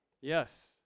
Yes